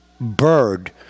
bird